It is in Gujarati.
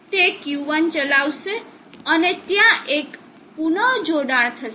તે Q1 ચલાવશે અને ત્યાં એક પુનજોડાણ થશે